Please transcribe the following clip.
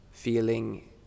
feeling